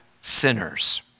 sinners